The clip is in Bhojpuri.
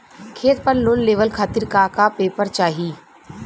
खेत पर लोन लेवल खातिर का का पेपर चाही?